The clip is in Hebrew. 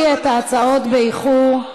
תודה, אורן.